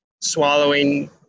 swallowing